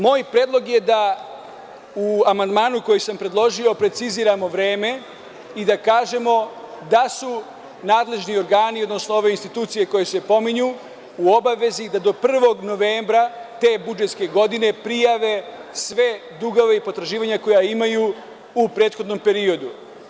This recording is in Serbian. Moj predlog je da u amandmanu koji sam predložio preciziramo vreme i da kažemo da su nadležni organi, odnosno ove institucije koje se pominju u obavezi da do 1. novembra te budžetske godine prijave sve dugove i potraživanja koja imaju u prethodnom periodu.